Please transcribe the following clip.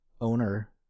owner